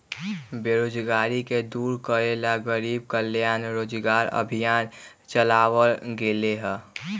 बेरोजगारी के दूर करे ला गरीब कल्याण रोजगार अभियान चलावल गेले है